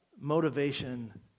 motivation